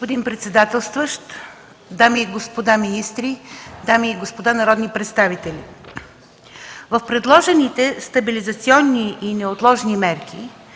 Господин председател, дами и господа министри, дами и господа народни представители! В предложените стабилизационни и неотложни мерки